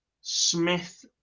Smith